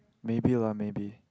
maybe lah maybe